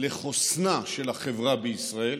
לחוסנה של החברה בישראל,